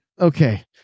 Okay